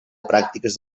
pràctiques